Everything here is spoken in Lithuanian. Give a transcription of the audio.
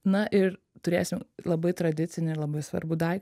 na ir turėsim labai tradicinį ir labai svarbų dai